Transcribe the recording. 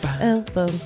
Elbow